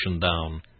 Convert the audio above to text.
down